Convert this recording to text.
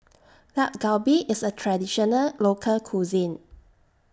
Dak Galbi IS A Traditional Local Cuisine